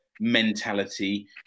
Mentality